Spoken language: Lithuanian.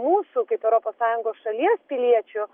mūsų kaip europos sąjungos šalies piliečių